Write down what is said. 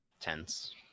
Tense